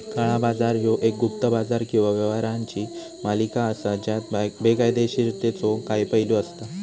काळा बाजार ह्यो एक गुप्त बाजार किंवा व्यवहारांची मालिका असा ज्यात बेकायदोशीरतेचो काही पैलू असता